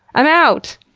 i'm out!